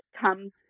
comes